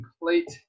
complete